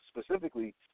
specifically